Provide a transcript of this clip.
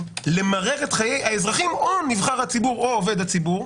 למרר את חיי האזרחים או נבחר או עובד הציבור,